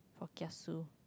or kiasu